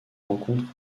rencontre